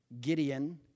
Gideon